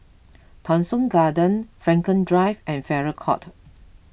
Thong Soon Garden Frankel Drive and Farrer Court